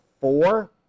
four